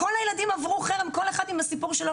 כל אחד מהילדים עבר חרם, וכל אחד עם הסיפור שלו.